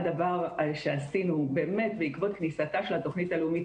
הדבר שעשינו באמת בעקבות כניסתה של התוכנית הלאומית,